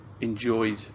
enjoyed